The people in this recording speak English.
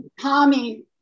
Tommy